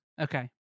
Okay